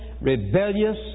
rebellious